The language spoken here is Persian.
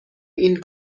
این